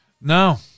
No